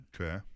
Okay